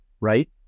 right